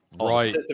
Right